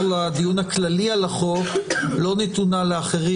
לדיון הכללי על החוק לא נתונה לאחרים.